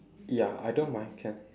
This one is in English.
ya I don't mind can